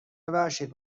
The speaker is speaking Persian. ببخشید